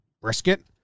brisket